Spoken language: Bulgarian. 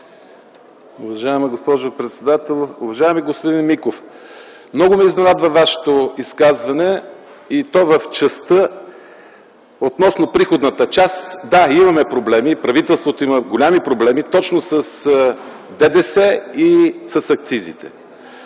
Уважаема госпожо председател! Уважаеми господин Миков, много ме изненадва Вашето изказване и то в частта ... Относно приходната част – да, имаме проблеми. Правителството има големи проблеми точно с ДДС и с акцизите.